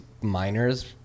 miners